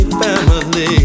family